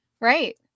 Right